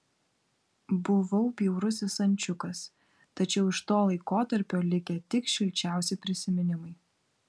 buvau bjaurusis ančiukas tačiau iš to laikotarpio likę tik šilčiausi prisiminimai